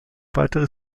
weitere